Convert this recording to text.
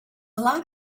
lot